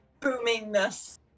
boomingness